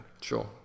Sure